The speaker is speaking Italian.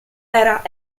era